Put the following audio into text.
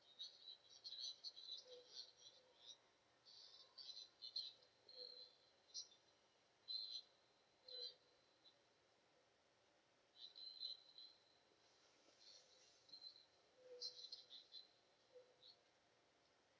he